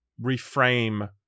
reframe